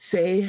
Say